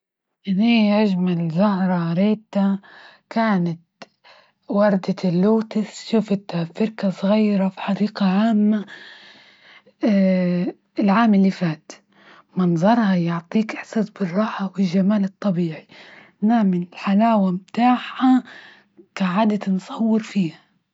إني أجمل زهرة ريتا كانت وردة اللوتس، شفتها في بركة صغيرة في حديقة عامة العام اللي فات، منظرها يعطيك إحساس بالراحة والجمال الطبيعي، نامي حلاوة بتاها جعدت نصور فيها.